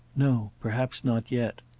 no perhaps not yet.